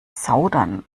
zaudern